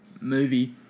movie